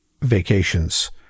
vacations